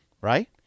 right